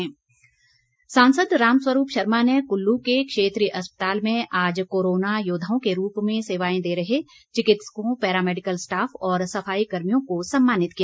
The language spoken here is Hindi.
राम स्वरूप सांसद राम स्वरूप शर्मा ने कुल्लू के क्षेत्रीय अस्पताल में आज कोरोना योद्वाओं के रूप में सेवाएं दे रहे चिकित्सकों पैरामैडिकल स्टाफ और सफाई कर्मियों को सम्मानित किया